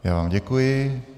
Já vám děkuji.